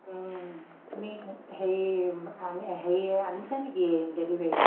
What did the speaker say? তুমি হেৰি আনি হেৰি আনিছা নেকি ডেলিভাৰী